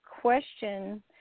question